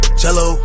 cello